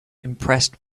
impressed